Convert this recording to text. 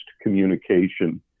communication